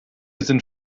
sind